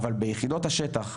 אבל ביחידות השטח,